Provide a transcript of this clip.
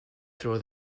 throw